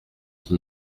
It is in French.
qui